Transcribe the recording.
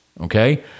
Okay